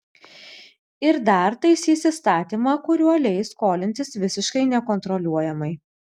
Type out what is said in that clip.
ir dar taisys įstatymą kuriuo leis skolintis visiškai nekontroliuojamai